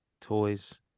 toys